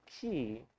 key